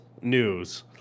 News